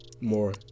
more